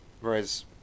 whereas